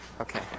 Okay